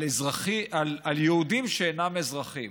על יהודים שאינם אזרחים.